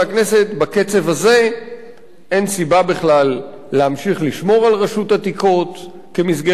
בקצב הזה אין סיבה בכלל להמשיך לשמור על רשות עתיקות כמסגרת עצמאית,